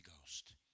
Ghost